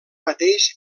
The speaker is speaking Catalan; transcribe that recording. mateix